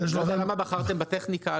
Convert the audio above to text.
לא יודע למה בחרתם בטכניקה.